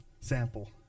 sample